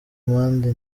amande